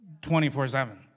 24-7